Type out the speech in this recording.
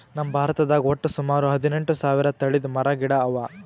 ನಮ್ ಭಾರತದಾಗ್ ವಟ್ಟ್ ಸುಮಾರ ಹದಿನೆಂಟು ಸಾವಿರ್ ತಳಿದ್ ಮರ ಗಿಡ ಅವಾ